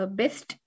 best